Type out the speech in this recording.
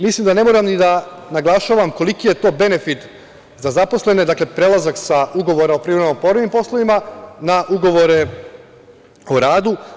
Mislim da ne moram da naglašavam koliki je to benefit za zaposlene, dakle prelazak sa ugovora o privremenim i povremenim poslovima na ugovore o radu.